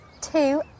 Two